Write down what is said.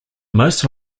most